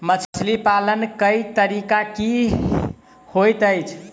मछली पालन केँ तरीका की होइत अछि?